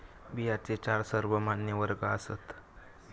बियांचे चार सर्वमान्य वर्ग आसात